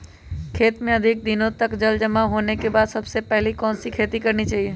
खेत में अधिक दिनों तक जल जमाओ होने के बाद सबसे पहली कौन सी खेती करनी चाहिए?